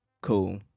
cool